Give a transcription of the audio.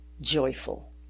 joyful